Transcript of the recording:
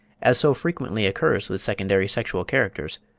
as so frequently occurs with secondary sexual characters,